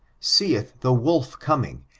seeth the wolf coming,